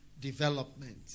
development